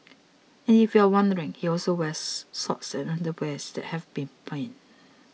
and if you're wondering he also wears socks and underwear that have been binned